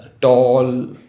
tall